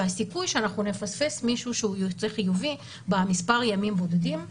והסיכוי שאנחנו נפספס מישהו שיוצא חיובי במספר הימים הבודדים יורד.